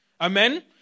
Amen